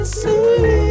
see